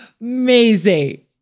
Amazing